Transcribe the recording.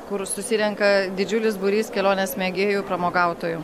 kur susirenka didžiulis būrys kelionės mėgėjų ir pramogautojų